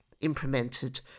implemented